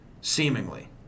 Seemingly